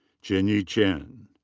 chinyi chen.